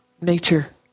nature